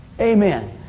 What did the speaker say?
Amen